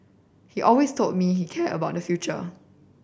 he always told me care about the future